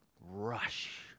rush